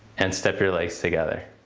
and step your legs together.